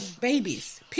babies